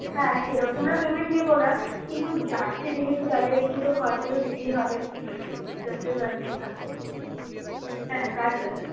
হ্যাঁ সেরকম আমরা পেমেন্ট নেব না কিন্তু যাচ্ছে যেহেতু তাদের একটু তো খরচা তো দিতেই হবে যতই ওয়ারেন্টি থাকুক হ্যাঁ হ্যাঁ কাজ হয়ে যাবে